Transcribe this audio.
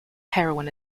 heroin